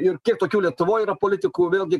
ir kiek tokių lietuvoj yra politikų vėlgi